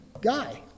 guy